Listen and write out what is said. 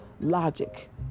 logic